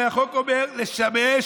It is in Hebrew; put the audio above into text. הרי החוק אומר: לשמש,